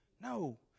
No